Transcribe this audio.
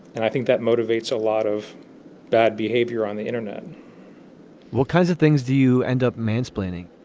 and i think that motivates a lot of bad behavior on the internet what kinds of things do you end up mansplaining